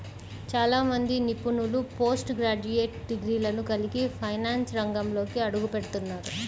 చాలా మంది నిపుణులు పోస్ట్ గ్రాడ్యుయేట్ డిగ్రీలను కలిగి ఫైనాన్స్ రంగంలోకి అడుగుపెడుతున్నారు